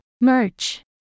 merch